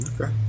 Okay